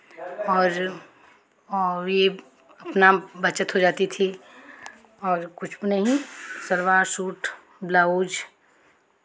और और ये अपना बचत हो जाती थी और कुछ नहीं सलवार सूट ब्लाउज़